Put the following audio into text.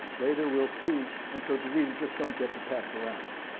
later we'll see and so diseases just don't get to pass around.